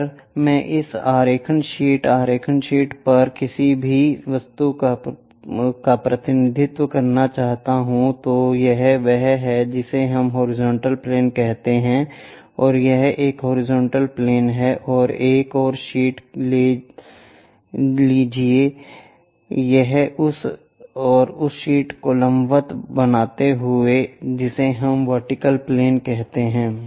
अगर मैं इस आरेखण शीट आरेखण शीट पर किसी भी वस्तु का प्रतिनिधित्व करना चाहता हूं तो यह वह है जिसे हम हॉरिजॉन्टल प्लेन कहते हैं और यह एक हॉरिजॉन्टल प्लेन है और एक और शीट ले लीजिए यह उस और उस शीट को लंबवत बनाता है जिसे हम वर्टिकल प्लेन कहते हैं